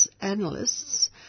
analysts